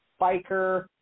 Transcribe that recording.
Biker